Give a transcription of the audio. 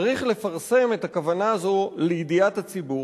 צריך לפרסם את הכוונה הזו לידיעת הציבור